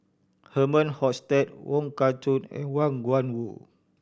Herman Hochstadt Wong Kah Chun and Wang Gungwu